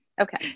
Okay